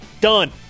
Done